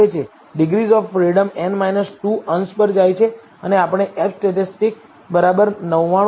degrees of freedom n 2 અંશ પર જાય છે અને આપણને F સ્ટેટિસ્ટિક 99